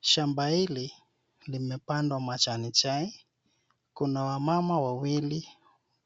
Shamba hili limepandwa majani chai. Kuna wamama wawili